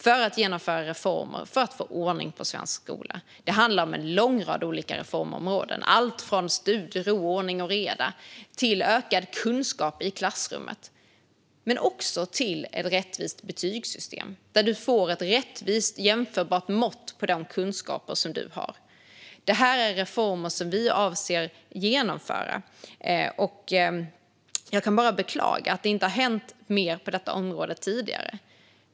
Vi ska genomföra reformer för att få ordning på svensk skola. Det handlar om en lång rad olika reformområden - allt från studiero och ordning och reda till ökad kunskap i klassrummet - och om ett rättvist betygssystem med ett jämförbart mått på de kunskaper du har. Det här är reformer som vi avser att genomföra, och jag kan bara beklaga att det inte har hänt mer på detta område tidigare.